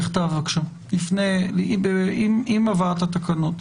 עם הבאת התקנות.